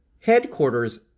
Headquarters